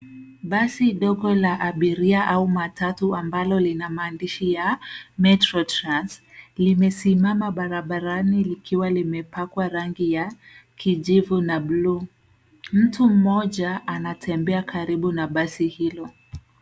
Basi dogo la abiria au matatu ambalo lina maandishi ya Metro Trans. Limesimama barabarani likiwa limepakwa rangi ya kijivu na blue . Mtu mmoja anatembea karibu na basi hilo.